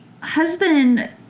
husband